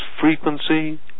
frequency